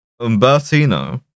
Umbertino